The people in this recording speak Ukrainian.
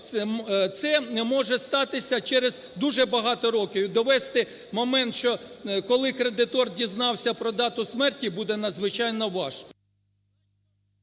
це може статися через дуже багато років і довести момент, що коли кредитор дізнався про дату смерті, буде надзвичайно важко.